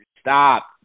stop